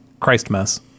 Christmas